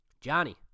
Johnny